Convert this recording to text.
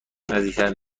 نزدیکترین